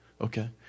Okay